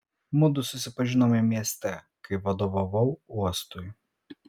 mudu susipažinome mieste kai vadovavau uostui